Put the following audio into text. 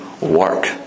work